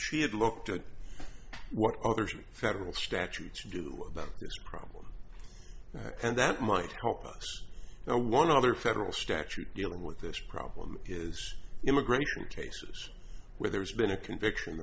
she had looked at what other federal statutes do about problems and that might help now one other federal statute dealing with this problem is immigration cases where there's been a conviction